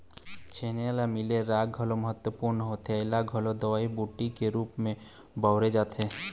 छेना ले मिले राख घलोक महत्वपूर्न होथे ऐला घलोक दवई बूटी के रुप म बउरे जाथे